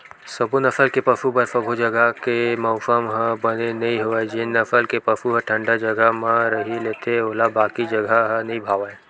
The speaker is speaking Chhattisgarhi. सबो नसल के पसु बर सबो जघा के मउसम ह बने नइ होवय जेन नसल के पसु ह ठंडा जघा म रही लेथे ओला बाकी जघा ह नइ भावय